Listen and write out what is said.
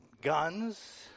guns